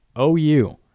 OU